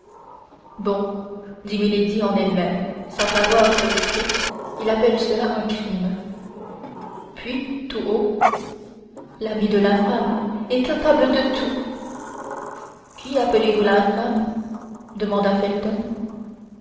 bon dit milady en elle-même sans savoir ce que c'est il appelle cela un crime puis tout haut l'ami de l'infâme est capable de tout qui appelez-vous l'infâme demanda felton